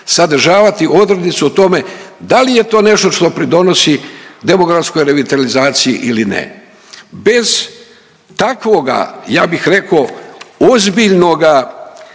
sadržavati odrednicu o tome da li je to nešto što pridonosi demografskoj revitalizaciji ili ne. Bez takvoga ja bih rekao ozbiljnoga